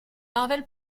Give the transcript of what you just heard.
marvel